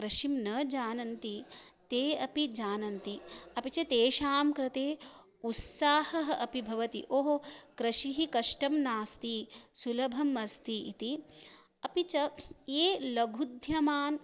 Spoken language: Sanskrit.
कृषिं न जानन्ति ते अपि जानन्ति अपि च तेषां कृते उत्साहः अपि भवति ओः कृषिं कष्टं नास्ति सुलभम् अस्ति इति अपि च ये लघुद्यमान्